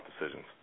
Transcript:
decisions